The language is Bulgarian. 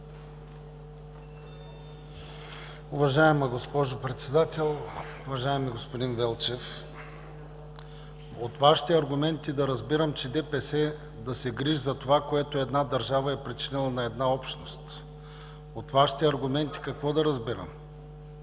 Уважаема госпожо Председател, уважаеми господин Велчев! От Вашите аргументи да разбирам, че ДПС да се грижи за това, което една държава е причинила на една общност. От Вашите аргументи какво да разбирам